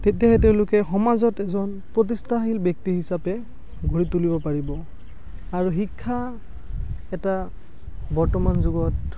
তেতিয়াহে তেওঁলোকে সমাজত এজন প্ৰতিষ্ঠাশীল ব্য়ক্তি হিচাপে গঢ়ি তুলিব পাৰিব আৰু শিক্ষা এটা বৰ্তমান যুগত